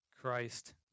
Christ